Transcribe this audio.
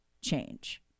change